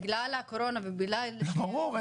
בגלל הקורונה ובגלל --- ברור,